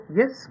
yes